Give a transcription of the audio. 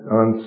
on